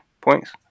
points